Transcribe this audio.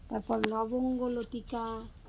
তারপর লবঙ্গলতিকা